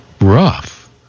rough